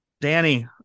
Danny